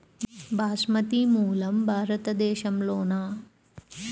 బాస్మతి మూలం భారతదేశంలోనా?